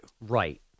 Right